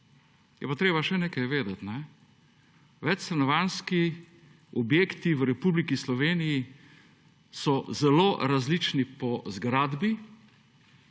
Je pa treba še nekaj vedeti, stanovanjski objekti v Republiki Sloveniji so zelo različni po zgradbi,